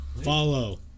Follow